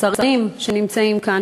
השרים שנמצאים כאן,